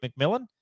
McMillan